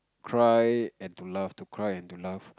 cry and to laugh to cry and to laugh